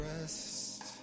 rest